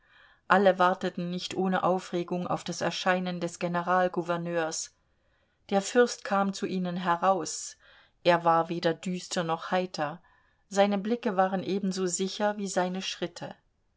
alle warteten nicht ohne aufregung auf das erscheinen des generalgouverneurs der fürst kam zu ihnen heraus er war weder düster noch heiter seine blicke waren ebenso sicher wie seine schritte